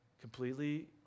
completely